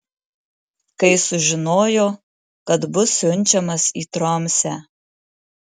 kai sužinojo kad bus siunčiamas į tromsę